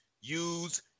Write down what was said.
use